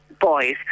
boys